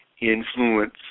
influence